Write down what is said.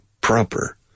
proper